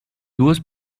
duas